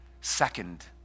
second